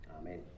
Amen